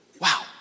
Wow